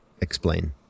explain